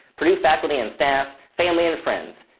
purdue faculty and staff, family and friends,